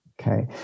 Okay